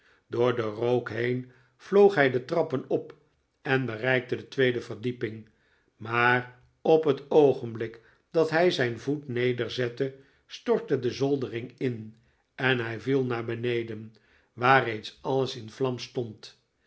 door den rook heen vloog hij de trappen op en bereikte de tweede verdieping maar op het oogenblik dat hij zijn voet nederzette stortte de zoldering in en hij viel naar beneden waar reeds alles in vlam